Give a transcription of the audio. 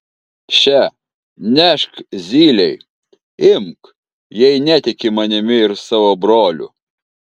še nešk zylei imk jei netiki manimi ir savo broliu